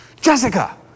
Jessica